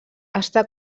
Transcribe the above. està